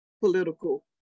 political